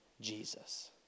Jesus